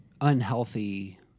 unhealthy